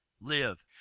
Live